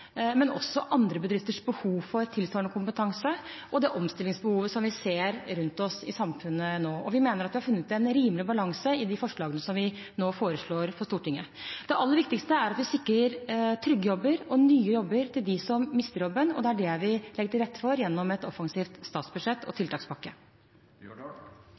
men også andre bedrifters behov for tilsvarende kompetanse og det omstillingsbehovet som vi ser rundt oss i samfunnet nå. Vi mener vi har funnet en rimelig balanse i de forslagene som vi nå foreslår for Stortinget. Det aller viktigste er at vi sikrer trygge jobber og nye jobber til dem som mister jobben, og det er det vi legger til rette for gjennom et offensivt statsbudsjett og